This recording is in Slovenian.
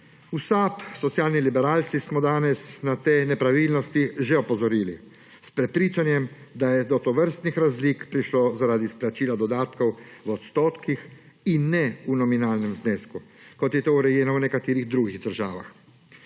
SAB, socialni liberalci, smo danes na te nepravilnosti že opozorili, s prepričanjem, da je do tovrstnih razlik prišlo zaradi izplačila dodatkov v odstotkih in ne v nominalnem znesku, kot je to urejeno v nekaterih drugih državah.